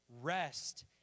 Rest